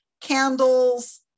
candles